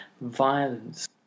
violence